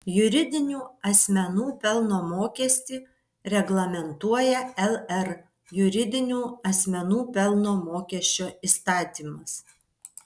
juridinių asmenų pelno mokestį reglamentuoja lr juridinių asmenų pelno mokesčio įstatymas